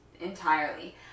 entirely